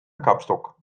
kapstok